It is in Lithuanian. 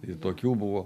i tokių buvo